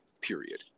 period